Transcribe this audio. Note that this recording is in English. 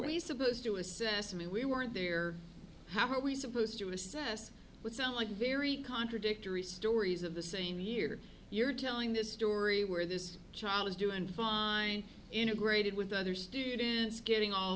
he's supposed to assess and we weren't there how are we supposed to assess what sound like very contradictory stories of the same year you're telling this story where this child is doing fine integrated with other students getting all